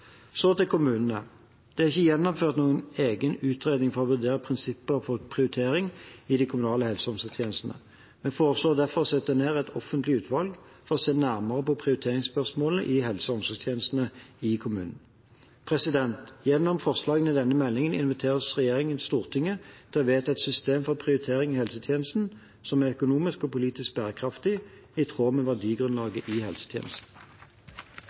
Så til kommunene: Det er ikke gjennomført noen egen utredning for å vurdere prinsipper for prioritering i de kommunale helse- og omsorgstjenestene. Vi foreslår derfor å sette ned et offentlig utvalg for å se nærmere på prioriteringsspørsmålene i helse- og omsorgstjenestene i kommunene. Gjennom forslagene i denne meldingen inviterer regjeringen Stortinget til å vedta et system for prioritering i helsetjenesten som er økonomisk og politisk bærekraftig og i tråd med verdigrunnlaget i helsetjenesten.